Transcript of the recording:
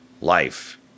Life